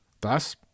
Thus